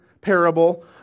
parable